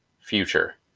future